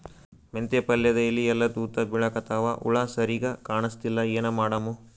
ಮೆಂತೆ ಪಲ್ಯಾದ ಎಲಿ ಎಲ್ಲಾ ತೂತ ಬಿಳಿಕತ್ತಾವ, ಹುಳ ಸರಿಗ ಕಾಣಸ್ತಿಲ್ಲ, ಏನ ಮಾಡಮು?